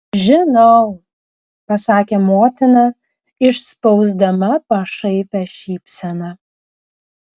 žinau pasakė motina išspausdama pašaipią šypseną